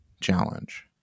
challenge